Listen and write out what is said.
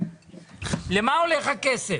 למה הולך הכסף?